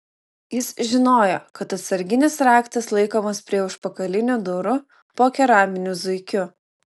jis žinojo kad atsarginis raktas laikomas prie užpakalinių durų po keraminiu zuikiu